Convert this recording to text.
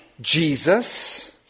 Jesus